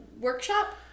workshop